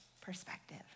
perspective